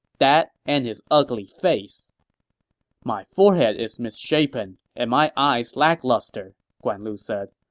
that and his ugly face my forehead is misshapen, and my eyes lackluster, guan lu said.